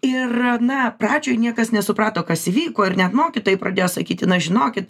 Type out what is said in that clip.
ir na pradžioj niekas nesuprato kas vyko ir net mokytojai pradėjo sakyti na žinokit